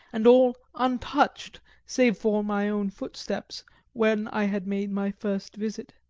and all untouched save for my own footsteps when i had made my first visit.